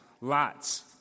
lots